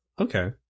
Okay